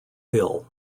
hill